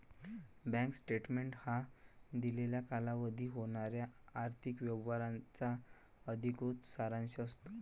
bank statement हा दिलेल्या कालावधीत होणाऱ्या आर्थिक व्यवहारांचा अधिकृत सारांश असतो